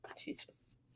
Jesus